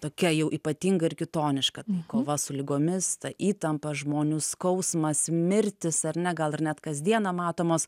tokia jau ypatinga ir kitoniška kova su ligomis ta įtampa žmonių skausmas mirtys ar ne gal ir net kasdieną matomos